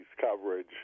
coverage